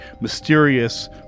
mysterious